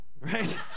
right